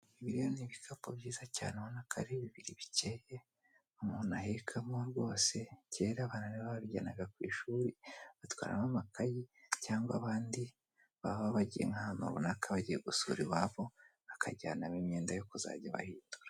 Ibi rero n ibikapu byiza cyane ubona ko ari bibiri bikeye, umuntu ahekamo rwose kera abana nibo babijyanaga ku ishuri, batwaramo amakayi, cyangwa abandi baba bagira nk'ahantu runaka bagiye gusura i wabo, bakajyanamo imyenda yo kuzajya bahindura.